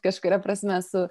kažkuria prasme su